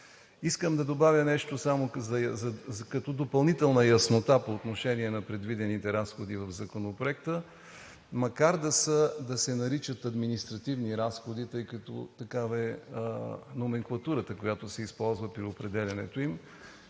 Искам да добавя нещо като допълнителна яснота по отношение на предвидените разходи в Законопроекта. Макар да се наричат „Административни разходи“, тъй като такава е номенклатурата, която се използва при определянето им,